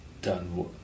done